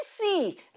see